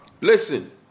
Listen